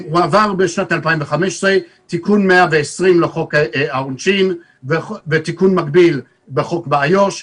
הועבר בשנת 2015 תיקון 120 לחוק העונשין ותיקון מקביל באיו"ש,